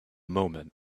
moment